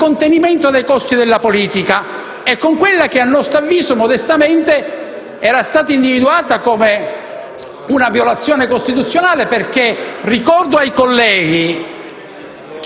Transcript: il contenimento dei costi della politica, con quella che a nostro avviso, modestamente, era stata individuata come una violazione costituzionale. Infatti, ricordo ai colleghi